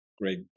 Great